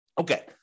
Okay